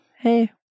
hey